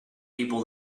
people